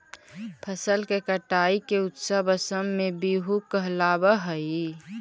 फसल के कटाई के उत्सव असम में बीहू कहलावऽ हइ